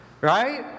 Right